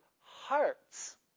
hearts